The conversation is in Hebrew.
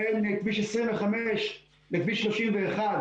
בין כביש 25 לכביש 31,